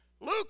Luke